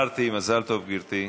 אמרתי מזל טוב, גברתי.